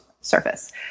surface